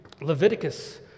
Leviticus